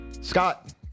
Scott